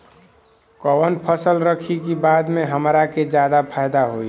कवन फसल रखी कि बाद में हमरा के ज्यादा फायदा होयी?